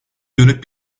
dönük